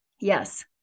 yes